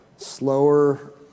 slower